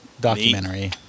Documentary